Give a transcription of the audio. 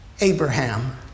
Abraham